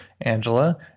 Angela